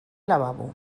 lavabo